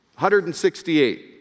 168